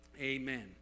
amen